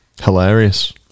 Hilarious